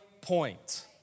point